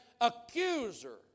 accuser